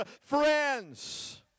friends